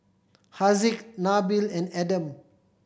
Haziq Nabil and Adam